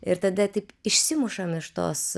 ir tada taip išsimušam iš tos